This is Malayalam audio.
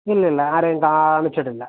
ഇല്ല ഇല്ല ആരെയും കാണിച്ചിട്ടില്ല